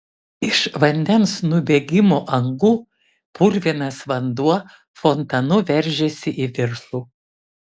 iš vandens nubėgimo angų purvinas vanduo fontanu veržėsi į viršų